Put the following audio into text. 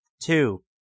Two